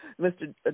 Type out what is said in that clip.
Mr